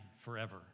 forever